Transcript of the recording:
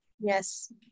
Yes